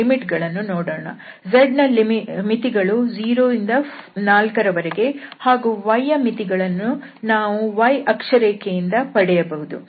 z ನ ಮಿತಿಗಳು 0 ಮತ್ತು 4 ಹಾಗೂ y ಯ ಮಿತಿಗಳನ್ನು ನಾವು y ಅಕ್ಷರೇಖೆಯಿಂದ ಪಡೆಯಬಹುದು